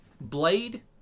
Blade